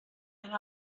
and